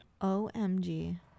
OMG